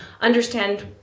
understand